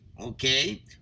Okay